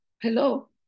Hello